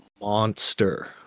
monster